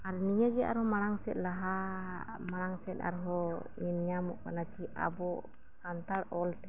ᱟᱨ ᱱᱤᱭᱟᱹᱜᱮ ᱟᱨᱚ ᱢᱟᱲᱟᱝ ᱥᱮᱫ ᱞᱟᱦᱟ ᱢᱟᱲᱟᱝ ᱥᱮᱫ ᱟᱨᱦᱚᱸ ᱧᱮᱧ ᱧᱟᱢᱚᱜ ᱠᱟᱱᱟ ᱠᱤ ᱟᱵᱚ ᱥᱟᱱᱛᱟᱲ ᱚᱞᱛᱮ